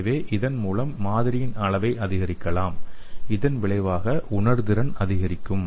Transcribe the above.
எனவே இதன் மூலம் மாதிரியின் அளவை அதிகரிக்கலாம் இதன் விளைவாக உணர்திறன் அதிகரிக்கும்